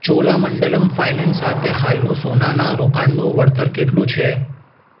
Cholamandalam finance સાથે હાલનું સોનાના રોકાણનું વળતર કેટલું છે